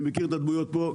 אני מכיר את הדמויות פה.